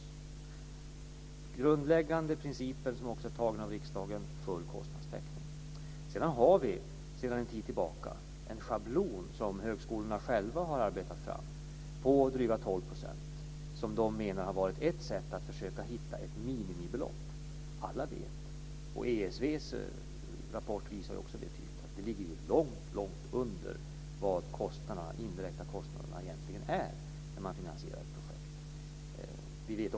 Den grundläggande principen, som också är antagen av riksdagen, är alltså full kostnadstäckning. Därutöver har vi sedan en tid tillbaka en schablon som högskolorna själva har arbetat fram på drygt 12 %, som de menar har varit ett sätt att försöka hitta ett minimibelopp. Alla vet, och ESV:s rapport visar detta tydligt, att det ligger långt under vad de indirekta kostnaderna egentligen är när man finansierar ett projekt.